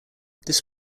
this